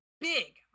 big